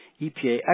EPA